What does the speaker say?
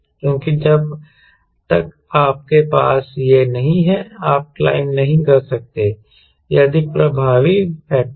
क्योंकि जब तक आपके पास यह नहीं है आप क्लाइंब नहीं कर सकते यह अधिक प्रभावी फैक्टर है